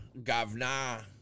Gavna